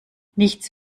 nichts